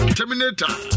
Terminator